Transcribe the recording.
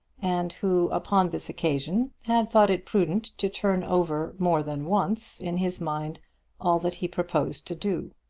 and who upon this occasion had thought it prudent to turn over more than once in his mind all that he proposed to do.